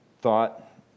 thought